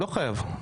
לא חייב.